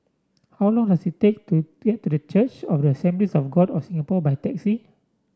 how long does it take to get to The Church of the Assemblies of God of Singapore by taxi